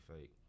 fake